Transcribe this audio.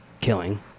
killing